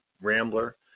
Rambler